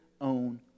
own